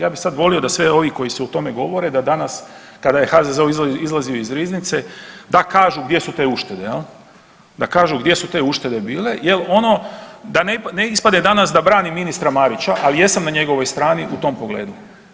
Ja bi sad volio da sve ovi koji o tome govore da danas kada je HZZO izlazio iz riznice da kažu gdje su te uštede jel, da kažu gdje su te uštede bile jel ono da ne ispadne danas da branim ministra Marića, ali jesam na njegovoj strani u tom pogledu.